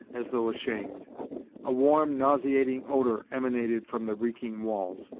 as though ashamed a warm, nauseating odor emanated from the reeking walls.